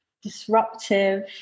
disruptive